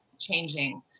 changing